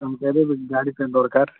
ଆମକେ ଏବେବି ଗାଡ଼ିଟେ ଦରକାର୍